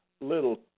little